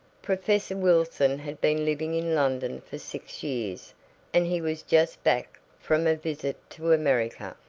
professor wilson had been living in london for six years and he was just back from a visit to america.